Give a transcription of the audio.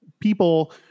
people